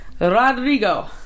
Rodrigo